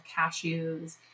cashews